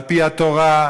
על-פי התורה,